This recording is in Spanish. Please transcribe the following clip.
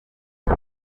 una